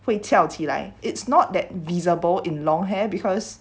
会翘起来 it's not that visible in long hair because